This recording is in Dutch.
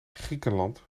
griekenland